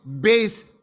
base